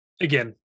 again